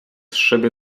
szyby